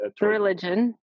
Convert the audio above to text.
Religion